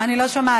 אני לא שומעת.